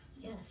Yes